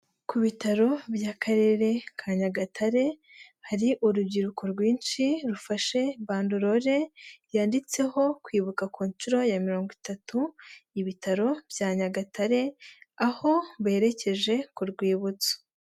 Ku bitaro by'akarere ka Nyagatare hari urubyiruko rwinshi rufashe bandarore, yanditseho kwibuka ku nshuro ya mirongo itatu ibitaro bya Nyagatare, aho bererekeje ku rwibutso.